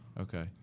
okay